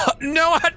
No